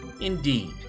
Indeed